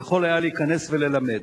היה יכול להיכנס וללמד.